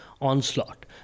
onslaught